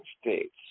States